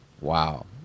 Wow